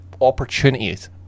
opportunities